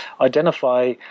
identify